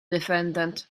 defendant